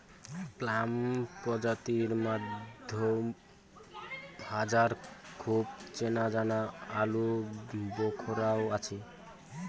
plum প্রজাতির মইধ্যে হামার খুব চেনাজানা আলুবোখরাও আছি